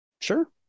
Sure